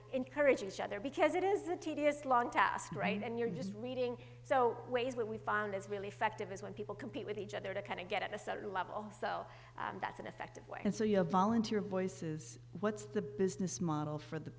encourage each other because it is a tedious long task right and you're just reading so ways what we've found is really effective is when people compete with each other to kind of get at a certain level so that's an effective way and so you know volunteer boyce's what's the business model for the